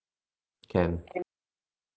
can